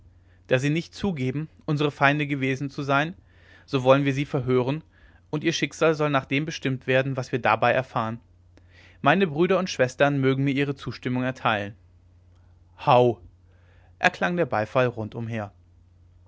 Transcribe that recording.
da sie nicht zugeben unsere feinde gewesen zu sein so wollen wir sie verhören und ihr schicksal soll nach dem bestimmt werden was wir dabei erfahren meine brüder und schwestern mögen mir ihre zustimmung erteilen howgh erklang der beifall rund umher